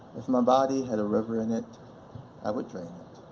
if my body had a river in it i would drain